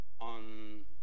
On